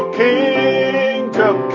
kingdom